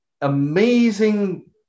amazing